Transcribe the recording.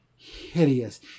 Hideous